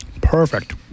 Perfect